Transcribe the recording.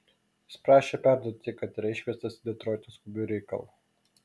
jis prašė perduoti kad yra iškviestas į detroitą skubiu reikalu